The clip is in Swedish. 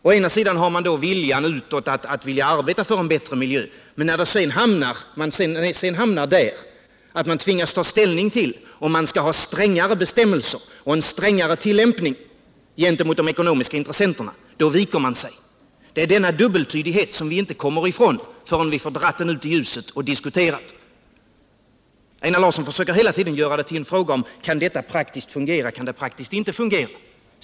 Utåt visar man en vilja att arbeta för en bättre miljö, men när man sedan tvingas ta ställning till om man skall ha strängare bestämmelser och en strängare tillämpning gentemot de ekonomiska intressena, viker man sig. Denna dubbeltydighet kommer vi inte ifrån, om vi inte får dra ut den i ljuset och diskutera den. Einar Larsson försöker hela tiden fråga om detta kan fungera praktiskt.